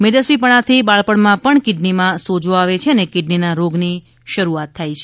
મેદસ્વીપણાથી બાળપણમાં પણ કિડનીમાં સોજો આવે છે એટલે કિડનીના રોગની શરૂઆત થાય છે